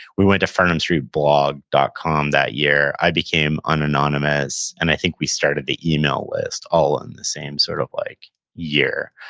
we went to farnamstreetblog dot com that year. i became unanonymous and i think we started the email list all in the same sort of like year,